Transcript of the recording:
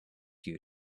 you